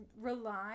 rely